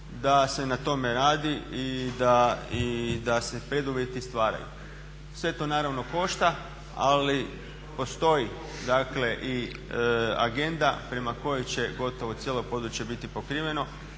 da se na tome radi i da se preduvjeti stvaraju. Sve to naravno košta ali postoji i agenda prema kojoj će gotovo cijelo područje biti pokriveno,